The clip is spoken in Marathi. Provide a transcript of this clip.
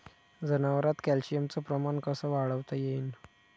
जनावरात कॅल्शियमचं प्रमान कस वाढवता येईन?